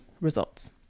results